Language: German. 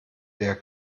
der